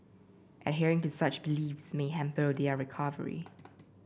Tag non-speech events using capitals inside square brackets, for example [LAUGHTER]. adhering to such beliefs may hamper their recovery [NOISE]